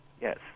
Yes